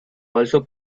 also